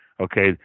okay